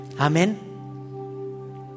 Amen